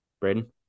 Braden